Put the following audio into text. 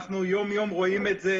אנחנו יום-יום רואים את זה,